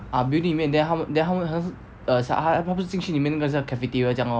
ah building 里面 then 他们 then 他们好像是 err 他不是进去里面那个像 cafeteria 这样 lor